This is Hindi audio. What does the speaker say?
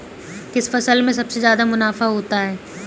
किस फसल में सबसे जादा मुनाफा होता है?